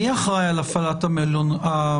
מי אחראי על הפעלת המלוניות?